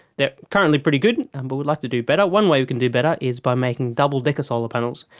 they currently pretty good and um but we'd like to do better. one way we can do better is by making double-decker solar panels.